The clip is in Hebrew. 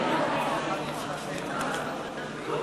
שירות לציבור בגופים